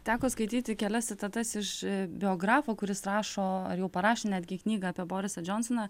teko skaityti kelias citatas iš biografo kuris rašo ar jau parašė netgi knygą apie borisą džonsoną